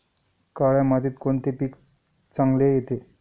काळ्या मातीत कोणते पीक चांगले येते?